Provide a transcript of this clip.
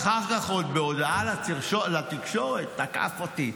אחר כך עוד בהודעה לתקשורת, תקף אותי.